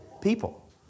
people